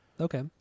Okay